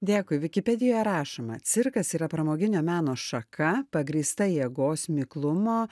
dėkui vikipedijoje rašoma cirkas yra pramoginio meno šaka pagrįsta jėgos miklumo